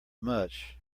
much